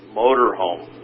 motorhome